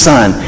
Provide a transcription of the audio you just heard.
Son